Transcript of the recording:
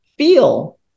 feel